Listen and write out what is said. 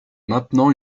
maintenant